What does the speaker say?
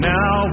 Now